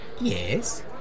Yes